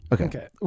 Okay